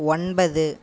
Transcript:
ஒன்பது